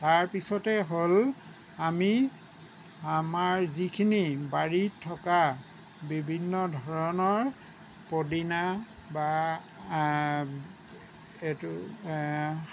তাৰ পিছতেই হ'ল আমি আমাৰ যিখিনি বাৰীত থকা বিভিন্ন ধৰণৰ পদিনা বা এইটো